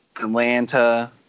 Atlanta